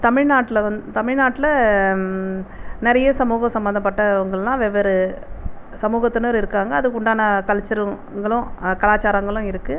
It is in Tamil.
தமிழ்நாட்டில் வந் தமிழ் நாட்டில் நிறைய சமூக சம்மந்தப்பட்டவங்கெள்லாம் வெவ்வேறு சமூகத்தினர் இருக்காங்கள் அதுக்உண்டான கல்ச்சாருங்களும் கலாச்சாரங்களும் இருக்குது